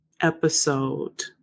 episode